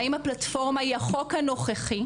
והאם הפלטפורמה היא החוק הנוכחי,